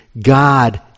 God